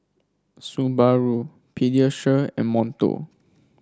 Subaru Pediasure and Monto